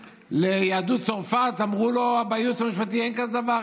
ליהדות צרפת ואמרו לו בייעוץ המשפטי שאין כזה דבר,